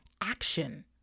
action